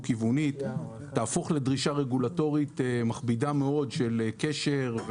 כיוונית" תהפוך לדרישה רגולטורית מכבידה מאוד של קשר,